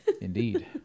indeed